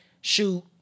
shoot